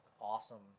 awesome